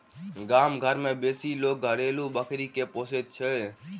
गाम घर मे बेसी लोक घरेलू बकरी के पोसैत छै